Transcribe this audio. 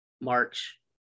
March